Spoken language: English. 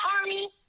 army